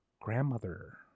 grandmother